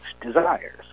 desires